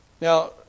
Now